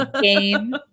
game